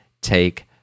take